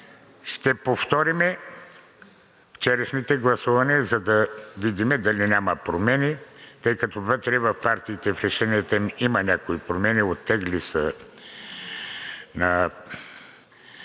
ще повторим вчерашните гласувания, за да видим дали няма промени, тъй като вътре в партиите, в решенията им има някои промени. Втората